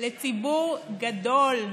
לציבור גדול,